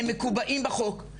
הם מקובעים בחוק.